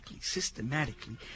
systematically